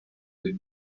quit